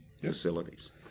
facilities